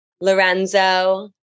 Lorenzo